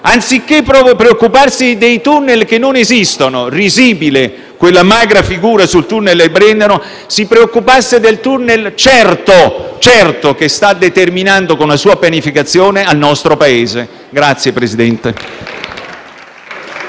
anziché preoccuparsi dei *tunnel* che non esistono (risibile la magra figura sul *tunnel* del Brennero) dovrebbe preoccuparsi del *tunnel* certo che sta determinando con la sua pianificazione al nostro Paese. *(Applausi